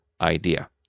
idea